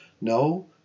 No